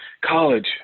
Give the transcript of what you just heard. College